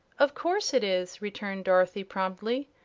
of course it is, returned dorothy promptly.